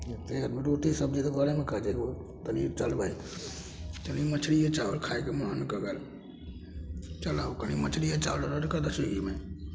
रोटी सब्जी तऽ घरेमे खाइ छै रोज तभी चल भाइ कभी मछलिए चावल खाइके मोन करि गेल चलऽ कनि मछलिए चावल ऑडर करि दऽ स्विगीमे